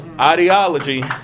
ideology